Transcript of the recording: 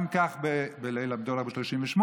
גם כך בליל הבדולח ב-1938,